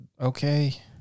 Okay